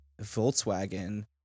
Volkswagen